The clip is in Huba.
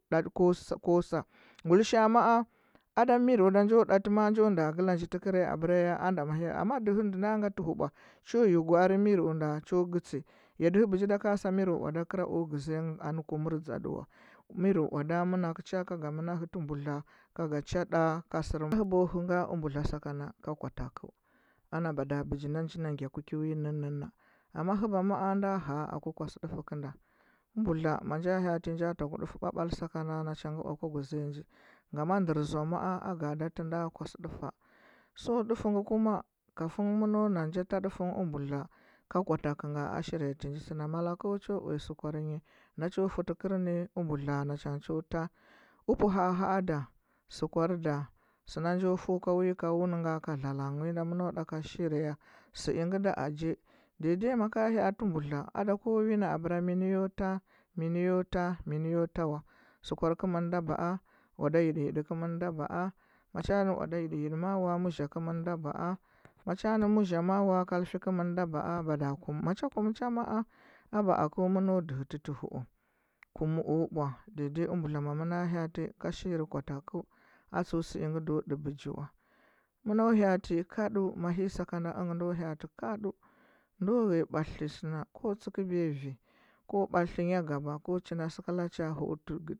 Ɗaty ko sa ko sa gulishaia ma. a ada miro da ko ɗaty ko nda g la nji tɚkɚrɚ ya abera dɚhɚ nji ngatɚ huɓwa cho nyi gwa arɚ miro ndo chɚ gɚtsɚ ya dɚhɚ bɚgi nda ka sa miro wada kɚra o gɚȝziya ngɚ dɚhɚ kumur dȝakɚ wa miro owada manakɚ cha ka ga mɚna hɚtɚ mbudla ka ga cha ɗa ka sɚr u mbudda sakuna ka kwa takɚu ana bɚgir na nji na gya ku ki wi nɚnnɚ amma huba ma’a ndɚ hɚa aku kwasɚ ndɚfuɚ kɚ nda u mbudla manja ha. ati nja takɚu dɚfa babal saka nga na cha ngɚ kwa gɚziya nji ngama ndɚ zsoa ma. a gaada tɚ nda kwasɚ ndufa so ndufu kuma kafin mɚ no na ja ta ndufa ka kwa takɚu nga a shiri’ya tɚ nji mallakɚ cho uya sukwar nyi no cho fɚtɚ kɚr nɚ umbudla na cha cho ta upɚ ha. a ha. a nda, sukauar da sɚnda jo peu kwa wi ka wuni nga ka dla lag wi nda mɚ no ɗa ka shiriya sɚ ngɚ da ajiya dai dai maka ha’ati mbudla ada ko wi nɚ abera ya mɚ nɚ yo ta miɚ yo ta miɚ yo ta wa sukwar kumɚ da ba. a owada nyiɗi nyiɗi kɚmɚn da ba’a macha da owada nyiɗi nyiɗi ma a muɚ ȝhɚ kɚmɚn da ba. a ma cha a nɚ muzha ma. a wa kafi kɚmɚn da ba. a mada kum ma cha kum cha ma’a aba akɚu nɚ mɚno jɚgɚti ti hu. u kum o bwa dai dai u mbudla haati ka shiri gu a takɚu a tsuɚ sɚ hngɚ ndo ɗɚ bɚgi wa mai saka nda ka ndu ndo nghea ɓatliti sɚ da nda tsikɚbiya vi, ko batlitɚ nya gaba ko china sɚ kɚla chia huuti.